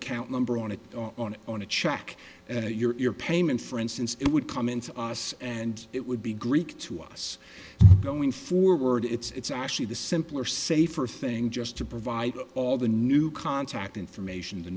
account number on it on on a check that your payment for instance it would come in to us and it would be greek to us going forward it's actually the simpler safer thing just to provide all the new contact information the